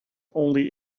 only